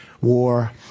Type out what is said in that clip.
war